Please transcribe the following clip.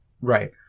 Right